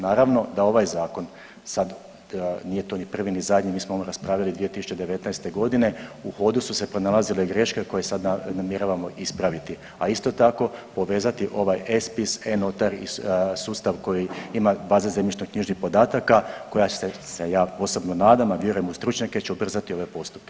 Naravno da ovaj Zakon, sad, nije to ni prvi ni zadnji, mi smo ono raspravljali 2019. g., u hodu su se pronalazile greške koje sad namjeravamo ispraviti, a isto tako, povezati ovaj e-Spis, e-Notar i sustav koji ima baze zemljišnoknjižnih podataka koji će se, se ja osobno nadam, a vjerujem u stručnjake, će ubrzati ove postupke.